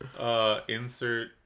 Insert